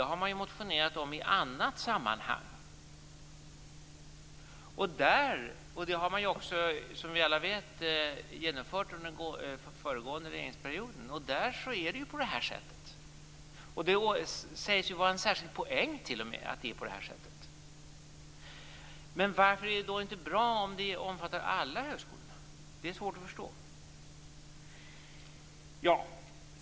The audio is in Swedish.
Det har man motionerat om i annat sammanhang, och som vi alla vet har man genomfört det under den föregående regeringsperioden. Där är det ju på det här sättet. Det sägs t.o.m. vara en särskild poäng att det är på det här sättet. Men varför är det då inte bra om det omfattar alla högskolor? Det är svårt att förstå.